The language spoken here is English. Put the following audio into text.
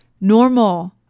Normal